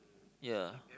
ya